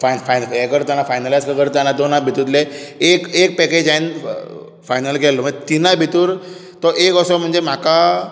फा फा हें करतना फायनलायज करतना दोना भितूंतलें एक एक पॅकेज हांयेन फायनल केल्लो म्हणजे तीनाय भितूर तो एक आसलो म्हाका